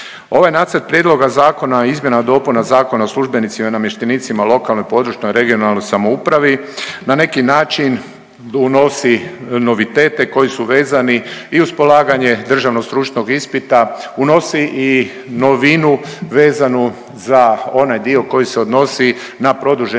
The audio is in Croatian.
Ovaj Nacrt prijedloga zakona o izmjenama i dopunama Zakona o službenicima i namještenicima lokalne, područne (regionalnoj) samoupravi na neki način unosi novitete koji su vezani i uz polaganje državnog stručnog ispita, unosi i novinu vezanu za onaj dio koji se odnosi na produženi